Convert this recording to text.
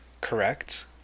correct